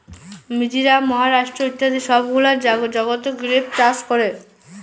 মিজরাম, মহারাষ্ট্র ইত্যাদি সব গুলা জাগাতে গ্রেপ চাষ ক্যরে